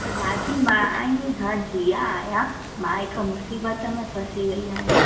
दादी मां आई नी मां जिया आहियां मां हिकु मुसीबत में फसी वई आहियां